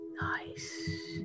Nice